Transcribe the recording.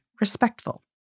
respectful